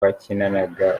bakinanaga